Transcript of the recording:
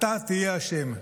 אתה תהיה אשם.